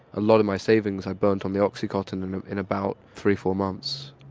a lot of my savings i burned on the oxycontin and in about three, four months.